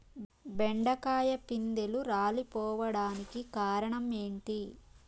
బెండకాయ పిందెలు రాలిపోవడానికి కారణం ఏంటి?